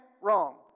wrong